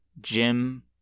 Jim